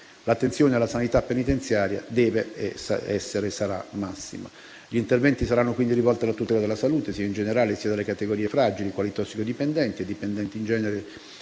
L'attenzione alla sanità penitenziaria dev'essere e sarà massima. Gli interventi saranno quindi rivolti alla tutela della salute, sia in generale, sia delle categorie fragili, quali i tossicodipendenti, i dipendenti in genere